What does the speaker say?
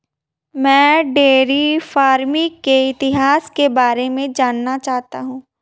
मैं dairy farming के इतिहास के बारे में जानना चाहता हूं